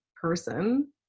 person